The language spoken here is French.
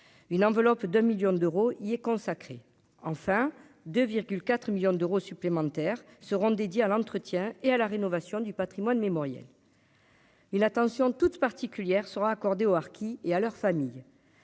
une enveloppe d'un 1000000 d'euros, il est consacré, enfin, de 4 millions d'euros supplémentaires seront dédiés à l'entretien et à la rénovation du Patrimoine mémoriel. Et l'attention toute particulière sera accordée aux harkis et à leurs familles,